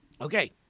Okay